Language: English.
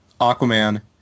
Aquaman